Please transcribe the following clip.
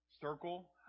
circle